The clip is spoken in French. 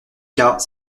cas